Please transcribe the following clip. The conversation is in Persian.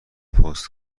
پست